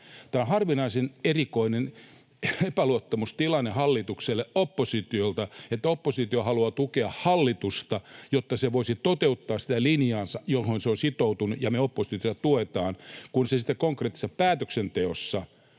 Tämä on harvinaisen erikoinen epäluottamustilanne hallitukselle oppositiolta, että oppositio haluaa tukea hallitusta, jotta se voisi toteuttaa sitä linjaansa, johon se on sitoutunut ja jota me oppositiosta tuetaan, kun se sitten konkreettisessa päätöksenteossa